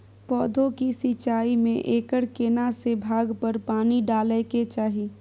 पौधों की सिंचाई में एकर केना से भाग पर पानी डालय के चाही?